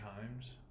times